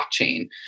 blockchain